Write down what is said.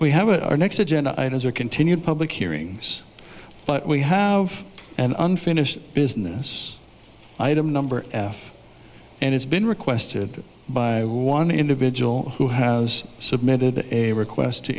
we have it our next agenda items are continued public hearings but we have an unfinished business item number and it's been requested by one individual who has submitted a request to